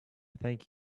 thank